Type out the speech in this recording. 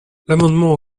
l’amendement